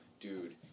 Dude